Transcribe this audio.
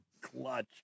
Clutch